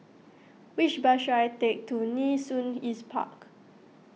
which bus should I take to Nee Soon East Park